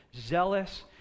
zealous